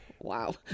wow